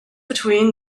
between